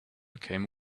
came